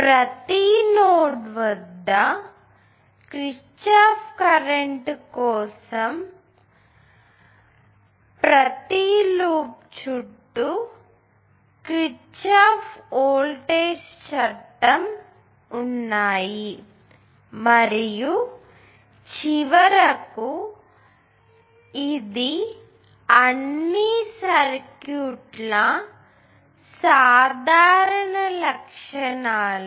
ప్రతి నోడ్ వద్ద Kirchhoff current చట్టం మరియు ప్రతి లూప్ చుట్టూ కిర్ఛాఫ్ వోల్టేజ్ చట్టం ఉన్నాయి మరియు చివరకు ఇది అన్ని సర్క్యూట్ ల సాధారణ లక్షణాలు